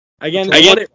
Again